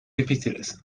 difíciles